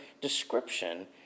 description